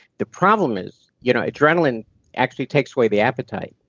the problem is you know adrenaline actually takes away the appetite.